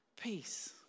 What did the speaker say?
Peace